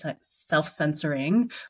self-censoring